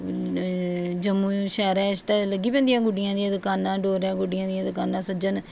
जम्मू शैह्रा च ते लगी पौंदियां गुड्डियां दियां दकानां डोरां गुड्डियां दियां दकाना सज्जन